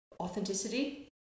Authenticity